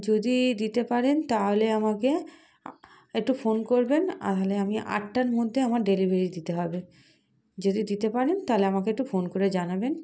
যদি দিতে পারেন তাহলে আমাকে একটু ফোন করবেন হলে আমি আটটার মধ্যে আমার ডেলিভারি দিতে হবে যদি দিতে পারেন তাহলে আমাকে একটু ফোন করে জানাবেন